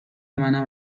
منم